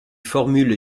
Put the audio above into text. formule